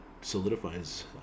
solidifies